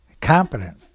Competent